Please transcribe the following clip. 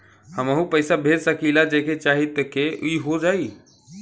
हमहू पैसा भेज सकीला जेके चाही तोके ई हो जाई?